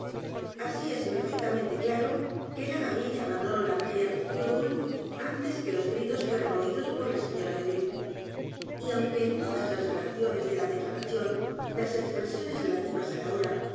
así es perfectamente claro que la gavilla abandonó la barrire du roule antes que los gritos fueran oídos por la señora delue y aunque en todas las relaciones de la declaración las expresiones relativas á la hora